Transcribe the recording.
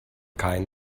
kein